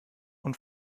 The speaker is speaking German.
und